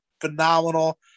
phenomenal